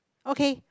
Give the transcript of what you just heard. okay